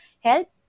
help